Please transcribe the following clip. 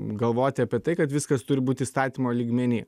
galvoti apie tai kad viskas turi būt įstatymo lygmeny